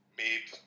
made